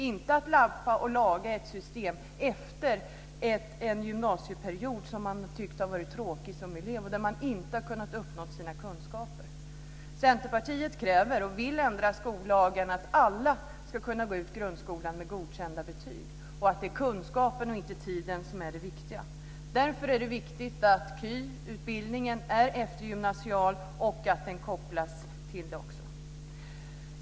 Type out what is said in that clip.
Vi ska inte lappa och laga ett system med en gymnasieperiod som man som elev har tyckt vara tråkig och där man inte har kunnat uppnå tillräckliga kunskaper. Centerpartiet kräver en ändring av skollagen så att alla ska kunna gå ut grundskolan med godkända betyg. Det är kunskapen och inte tiden som är det viktiga. Därför är det viktigt att KY är eftergymnasial och att den kopplas till den nivån.